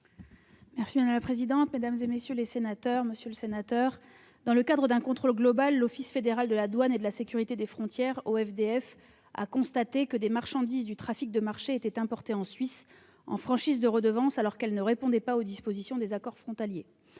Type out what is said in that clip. ? La parole est à Mme la secrétaire d'État. Monsieur le sénateur, dans le cadre d'un contrôle global, l'office fédéral de la douane et de la sécurité des frontières (OFDF) a constaté que des marchandises du trafic de marché étaient importées en Suisse en franchise de redevances, alors qu'elles ne répondaient pas aux dispositions des accords frontaliers.